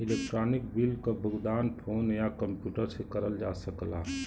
electronic bill क भुगतान phone या कम्प्यूटर से करल जा सकला